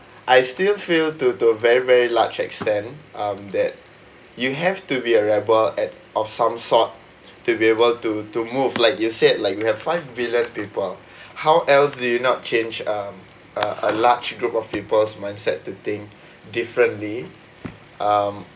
I still feel to to a very very large extent um that you have to be a rebel at of some sort to be able to to move like you said like we have five billion people how else do you not change um uh a large group of people's mindset to think differently um